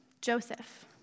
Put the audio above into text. Joseph